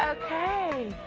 okay.